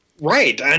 Right